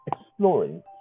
exploring